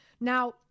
Now